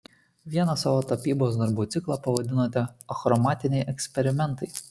vieną savo tapybos darbų ciklą pavadinote achromatiniai eksperimentai